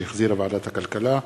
שהחזירה ועדת הכלכלה.